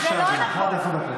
בבקשה, אדוני, עד עשר דקות.